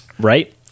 right